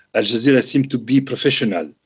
ah jazeera seems to be professional,